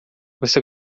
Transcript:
você